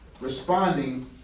Responding